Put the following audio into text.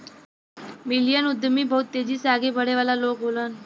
million उद्यमी बहुत तेजी से आगे बढ़े वाला लोग होलन